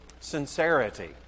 sincerity